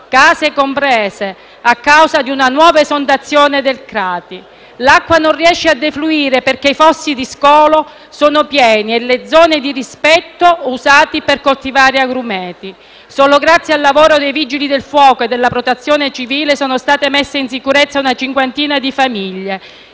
case comprese, a causa di una nuova esondazione del Crati. L'acqua non riesce a defluire perché i fossi di scolo sono pieni e le zone di rispetto usate per coltivare agrumeti. Solo grazie al lavoro dei Vigili del fuoco e della Protezione civile sono state messe in sicurezza una cinquantina di famiglie.